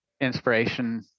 inspiration